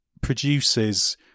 produces